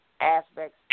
aspects